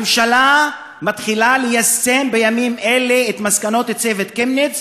הממשלה מתחילה ליישם בימים אלה את מסקנות צוות קמיניץ